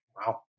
Wow